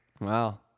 Wow